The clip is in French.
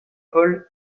pôle